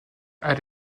elle